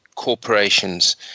corporations